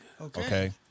Okay